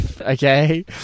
Okay